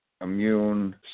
immune